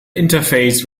interface